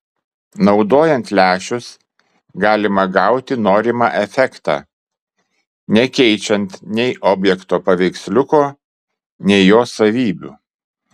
naudojant lęšius galima gauti norimą efektą nekeičiant nei objekto paveiksliuko nei jo savybių